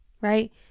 right